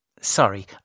sorry